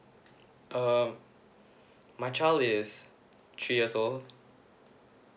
um my child is three years old